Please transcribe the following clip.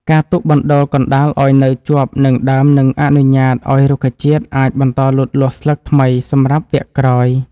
ការទុកបណ្ដូលកណ្ដាលឱ្យនៅជាប់នឹងដើមនឹងអនុញ្ញាតឱ្យរុក្ខជាតិអាចបន្តលូតលាស់ស្លឹកថ្មីសម្រាប់វគ្គក្រោយ។